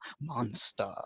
Monster